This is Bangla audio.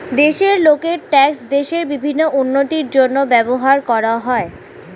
দেশের লোকের ট্যাক্স দেশের বিভিন্ন উন্নতির জন্য ব্যবহার করা হয়